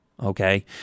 okay